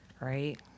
right